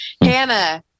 Hannah